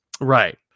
Right